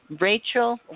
Rachel